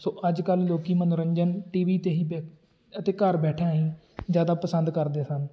ਸੋ ਅੱਜ ਕੱਲ੍ਹ ਲੋਕ ਮਨੋਰੰਜਨ ਟੀ ਵੀ 'ਤੇ ਹੀ ਬੇ ਅਤੇ ਘਰ ਬੈਠਿਆਂ ਹੀ ਜ਼ਿਆਦਾ ਪਸੰਦ ਕਰਦੇ ਸਨ